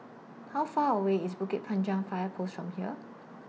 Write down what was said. How Far away IS Bukit Panjang Fire Post from here